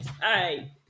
Hey